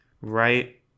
right